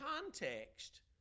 context